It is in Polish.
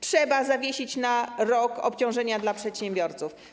Trzeba zawiesić na rok obciążenia dla przedsiębiorców.